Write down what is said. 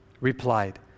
replied